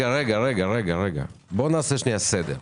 בואו נעשה סדר.